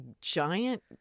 giant